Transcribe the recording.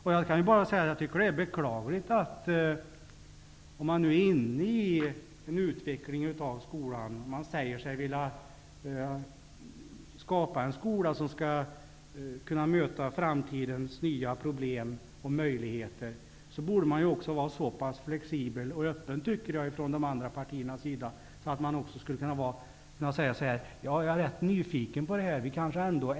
Om man nu är inne i en utveckling av skolan där man säger sig vilja skapa en skola som skall kunna möta framtidens nya problem och möjligheter, borde man vara så pass flexibel och öppen, tycker jag, från de andra partiernas sida att man skulle kunna säga: Vi är rätt nyfikna på det här.